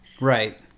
Right